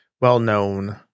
well-known